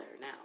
now